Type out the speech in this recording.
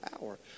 power